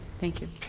thank you.